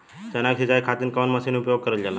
चना के सिंचाई खाती कवन मसीन उपयोग करल जाला?